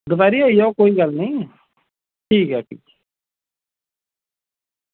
दपैह्रीं आई जाओ कोई गल्ल नेईं ठीक ऐ जी